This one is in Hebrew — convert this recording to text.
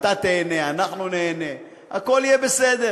אתה תיהנה, אנחנו ניהנה, הכול יהיה בסדר.